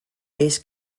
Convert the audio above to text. bass